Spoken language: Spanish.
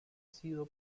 sido